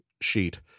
sheet